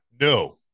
no